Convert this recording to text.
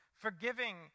Forgiving